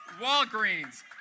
Walgreens